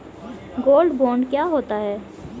Gold bond क्या होता है?